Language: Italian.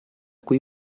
cui